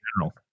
general